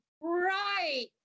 right